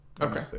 okay